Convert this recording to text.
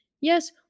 Yes